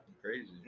crazy